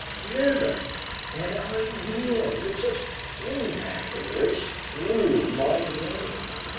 never had ideas of such impact raced through my brain!